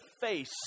face